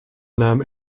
naam